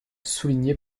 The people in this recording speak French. souligné